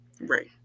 Right